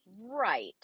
Right